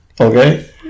Okay